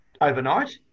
overnight